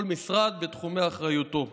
כל משרד בתחומי אחריותו.